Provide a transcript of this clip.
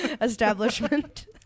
establishment